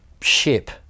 ship